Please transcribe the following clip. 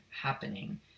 happening